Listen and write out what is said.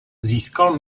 získal